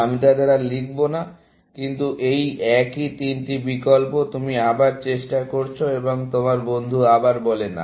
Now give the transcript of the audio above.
আমি তাদের আর লিখব না কিন্তু এই একই তিনটি বিকল্প তুমি আবার চেষ্টা করছো এবং তোমার বন্ধু আবার বলে না